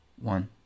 one